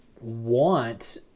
want